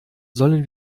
sollen